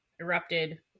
erupted